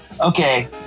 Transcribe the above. Okay